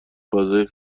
فضای